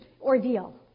ordeal